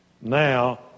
now